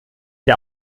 der